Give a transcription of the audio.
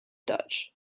dutch